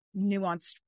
nuanced